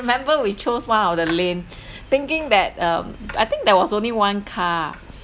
remember we chose one of the lane thinking that um I think there was only one car